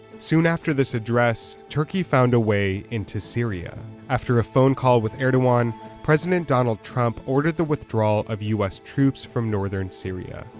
soon after this address, turkey found a way into syria. after a phone call with erdogan, president donald trump ordered the withdrawal of us troops from northern syria.